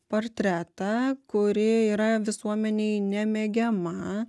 portretą kuri yra visuomenėj nemėgiama